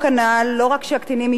לא רק שקטינים יהיו זכאים,